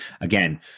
again